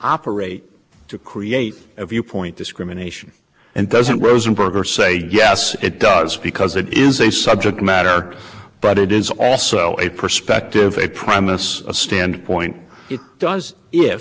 operate to create a viewpoint discrimination and doesn't rosenberger say yes it does because it is a subject matter but it is also a perspective a premise a standpoint it does